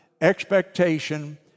expectation